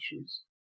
issues